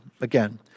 again